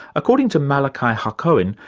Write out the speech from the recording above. according to malachi hacohen,